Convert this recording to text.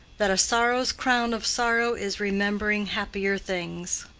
that a sorrow's crown of sorrow is remembering happier things.